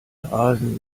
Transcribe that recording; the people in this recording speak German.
rasen